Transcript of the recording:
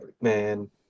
man